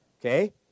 Okay